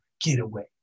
getaway